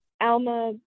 Alma